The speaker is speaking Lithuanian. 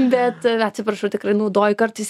bet atsiprašau tikrai naudoju kartais